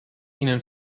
ihnen